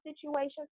situations